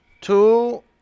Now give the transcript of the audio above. Two